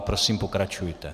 Prosím, pokračujte.